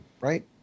right